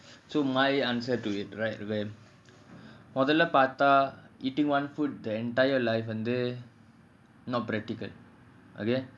so my answer to it right மொதல்லபாத்தா:mothalla partha eating food the entire life not practical okay